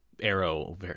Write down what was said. arrow